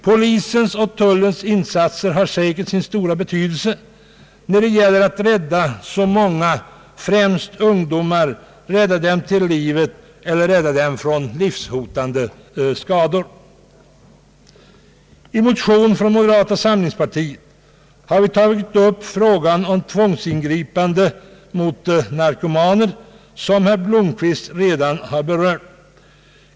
Polisens och tullens insatser är av stor vikt när det gäller att rädda först och främst ungdomar — rädda dem till livet eller från livshotande skador. I motion från moderata samlingspartiet har vi tagit upp frågan om tvångsingripande mot narkomaner, en sak som herr Blomquist redan berört.